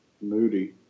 moody